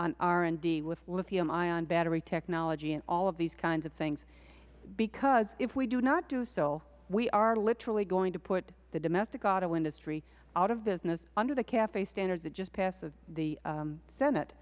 on r and d with lithium ion battery technology and all of these kinds of things because if we do not do so we are literally going to put the domestic auto industry out of business under the cafe standards that just passed the senate